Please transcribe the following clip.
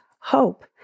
hope